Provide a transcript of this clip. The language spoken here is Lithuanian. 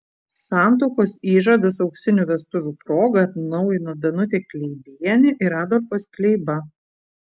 santuokos įžadus auksinių vestuvių proga atnaujino danutė kleibienė ir adolfas kleiba